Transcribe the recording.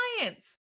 science